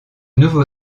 nouveau